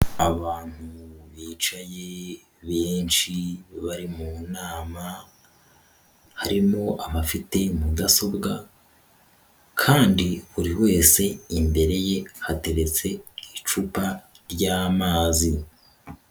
Abantu bicaye benshi bari mu nama, harimo abafite mudasobwa kandi buri wese imbere ye hateretse icupa ry'amazi.